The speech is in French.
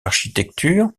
architecture